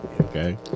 Okay